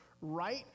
right